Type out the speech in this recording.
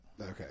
Okay